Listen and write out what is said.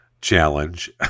challenge